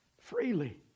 freely